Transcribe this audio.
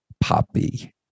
Poppy